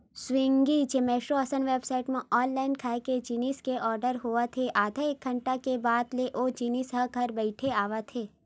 Swiggy, Zomato असन website म online खाए के जिनिस के आरडर होत हे आधा एक घंटा के बाद ले ओ जिनिस ह घर बइठे आवत हे